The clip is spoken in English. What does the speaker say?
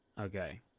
Okay